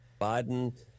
Biden